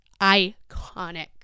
iconic